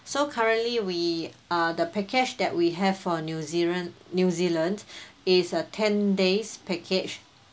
so currently we uh the package that we have for new zealand new zealand is a ten days package